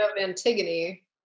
Antigone